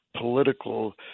political